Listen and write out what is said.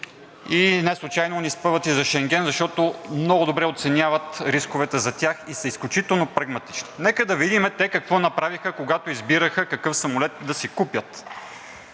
Неслучайно ни спъват и за Шенген, защото много добре оценяват рисковете за тях и са изключително прагматични. Нека да видим те какво направиха, когато избираха какъв самолет да си купят,